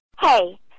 Hey